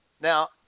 Now